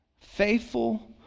Faithful